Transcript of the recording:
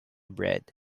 bread